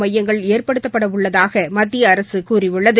மையங்கள் ஏற்படுத்தப்பட உள்ளதாக மத்திய அரசு கூறியுள்ளது